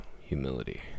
humility